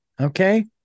Okay